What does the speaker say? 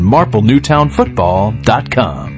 MarpleNewtownFootball.com